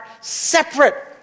separate